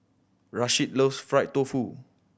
Rasheed loves fried tofu